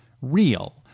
real